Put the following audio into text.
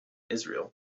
israel